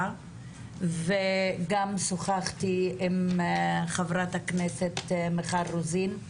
וגם שוחחתי עם חברת הכנסת מיכל רוזין,